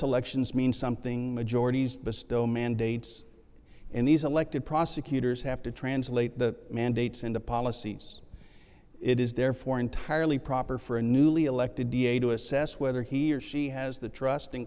elections mean something majority's bestow mandates and these elected prosecutors have to translate the mandates into policies it is therefore entirely proper for a newly elected da to assess whether he or she has the trust